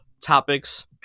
topics